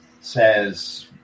says